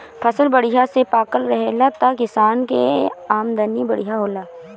फसल बढ़िया से पाकल रहेला त किसान के आमदनी बढ़िया होला